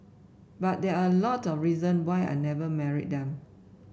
but there are a lot of reason why I never married them